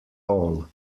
all